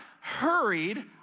hurried